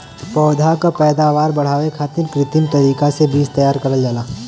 पौधा क पैदावार बढ़ावे खातिर कृत्रिम तरीका से बीज तैयार करल जाला